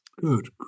good